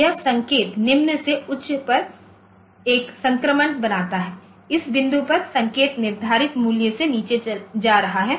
तो यह संकेत निम्न से उच्च पर एक संक्रमण बनाता है इस बिंदु पर संकेत निर्धारित मूल्य से नीचे जा रहा है